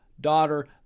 daughter